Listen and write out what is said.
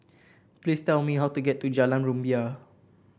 please tell me how to get to Jalan Rumbia